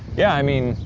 yeah, i mean,